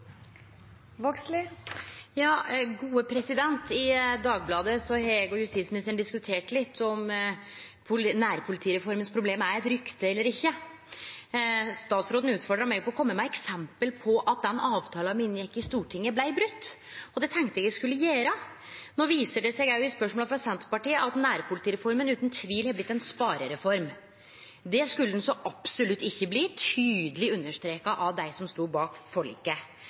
Vågslid – til oppfølgingsspørsmål. I Dagbladet har eg og justisministeren diskutert litt om problema til nærpolitireforma er eit rykte eller ikkje. Statsråden utfordra meg på å kome med eksempel på at dei avtala me inngjekk i Stortinget, blei brotne, og det tenkte eg å gjere. No viser det seg òg i spørsmåla frå Senterpartiet at nærpolitireforma utan tvil har blitt ei sparereform. Det skulle ho absolutt ikkje bli – tydeleg understreka av dei som stod bak forliket.